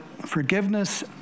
forgiveness